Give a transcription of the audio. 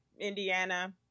Indiana